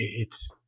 it's-